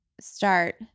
start